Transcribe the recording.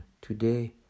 today